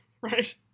right